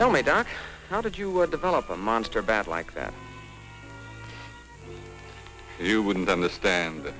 tell me dark how did you or develop a monster bad like that you wouldn't understand